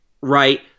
right